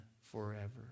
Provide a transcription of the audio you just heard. forever